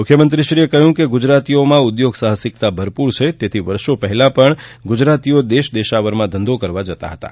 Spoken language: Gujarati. મુખ્યમંત્રીશ્રીએ કહ્યું કે ગુજરાતીઓમાં ઉદ્યોગ સાહિસકતા ભરપૂર છે તેથી વર્ષો પહેલાં પણ ગુજરાતીઓ દેશ દેશાવરમાં ધંધો કરવા જતાં હતાં